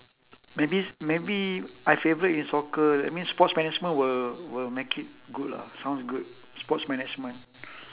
maybe maybe I favourite in soccer that means sports management will will make it good lah sounds good sports management